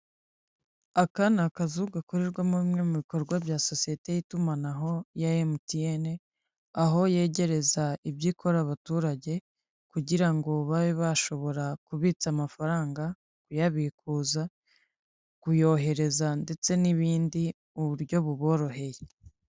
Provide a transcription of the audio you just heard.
Aka ni akazu gakorerwamo bimwe mu bikorwa bya sosiyete y'itumanaho ya MTN, aho yegereza ibyo ikora abaturage kugira ngo babe bashobora kubitsa amafaranga kuyabikuza, kuyohereza ndetse n'ibindi mu buryo buboroheye.